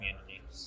community